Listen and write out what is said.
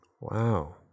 Wow